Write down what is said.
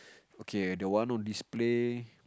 okay the one on display